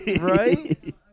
Right